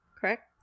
Correct